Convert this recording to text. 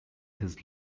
his